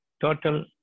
total